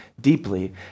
deeply